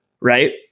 right